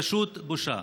פשוט בושה.